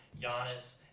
Giannis